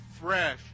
fresh